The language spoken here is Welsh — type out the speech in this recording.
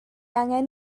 angen